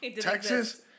Texas